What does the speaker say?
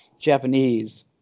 Japanese